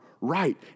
right